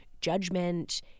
judgment